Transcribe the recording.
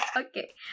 okay